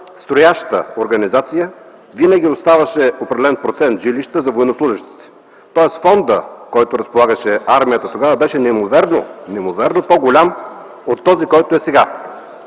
строяща организация винаги оставяше определен процент жилища за военнослужещите. Тоест фондът, с който разполагаше армията, беше неимоверно по-голям отколкото сега.